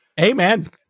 Amen